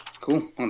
Cool